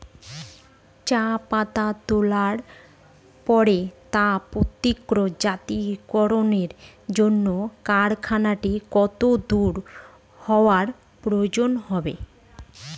চা পাতা তোলার পরে তা প্রক্রিয়াজাতকরণের জন্য কারখানাটি কত দূর হওয়ার প্রয়োজন?